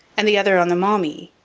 and the other on the maumee,